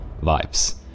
vibes